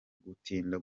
gutinda